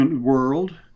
world